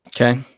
Okay